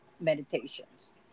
Meditations